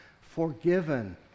forgiven